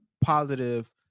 positive